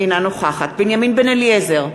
אינה נוכחת בנימין בן-אליעזר,